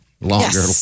longer